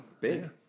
Big